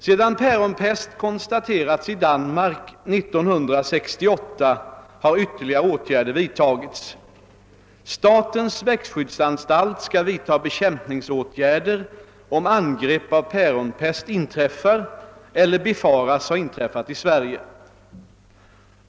Sedan päronpest konstaterats i Danmark 1968 har ytterligare åtgärder vidtagits. Statens växtskyddsanstalt skall vidta bekämpningsåtgärder om angrepp av päronpest inträffar eller befaras ha inträffat i Sverige.